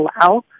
allow